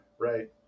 right